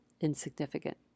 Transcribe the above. insignificant